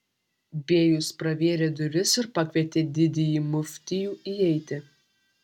bėjus pravėrė duris ir pakvietė didįjį muftijų įeiti